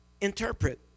interpret